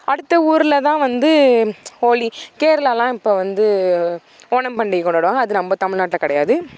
அடுத்த ஊரில்தான் வந்து ஹோலி கேரளா எல்லாம் இப்போ வந்து ஓணம் பண்டிகை கொண்டாடுவாங்க அது நம்ப தமிழ்நாட்டில் கிடையாது